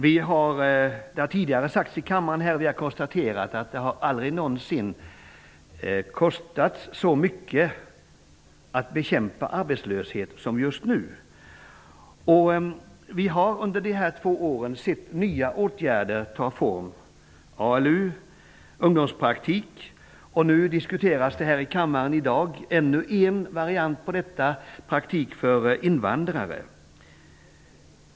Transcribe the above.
Vi har tidigare konstaterat här i kammaren att det aldrig någonsin har kostat så mycket att bekämpa arbetslösheten som just nu. Vi har under de två senaste två åren sett nya åtgärder ta form -- ALU och ungdomspraktik -- och i dag diskuteras här i kammaren ännu en variant av detta, praktik för invandrare.